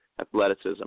athleticism